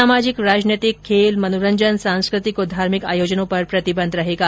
सामाजिक राजनैतिक खेल मनोरंजन सांस्कृतिक और धार्मिक आयोजनों पर प्रतिबंध रहेगा